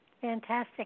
Fantastic